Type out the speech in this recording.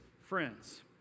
friends